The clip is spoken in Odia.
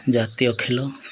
ଜାତୀୟ ଖେଳ